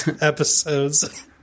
episodes